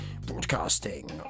broadcasting